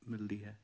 ਮਿਲਦੀ ਹੈ